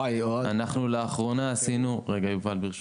וואי, אוהד --- רגע, יובל, ברשותך.